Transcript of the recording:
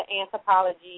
anthropology